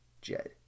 Jed